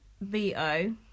VO